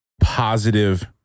positive